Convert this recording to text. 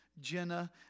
Jenna